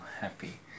happy